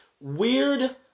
weird